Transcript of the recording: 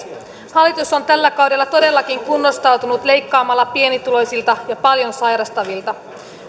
hallitus on tällä kaudella todellakin kunnostautunut leikkaamalla pienituloisilta ja paljon sairastavilta